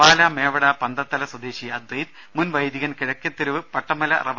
പാലാ മേവട പന്തത്തല സ്വദേശി അദ്വൈത് മുൻവൈദികൻ കിഴക്കെത്തെരുവ് പട്ടമല റവ